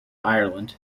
ireland